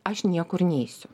aš niekur neisiu